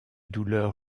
douleur